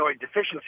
deficiency